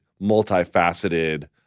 multifaceted